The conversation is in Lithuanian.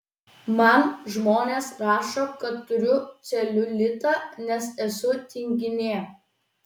man žmonės rašo kad turiu celiulitą nes esu tinginė